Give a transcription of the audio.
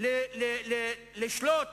לשלוט